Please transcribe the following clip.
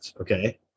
Okay